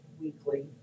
weekly